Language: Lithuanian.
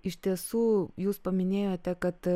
iš tiesų jūs paminėjote kad